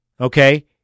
okay